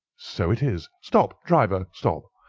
so it is. stop, driver, stop!